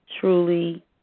truly